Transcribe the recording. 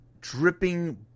dripping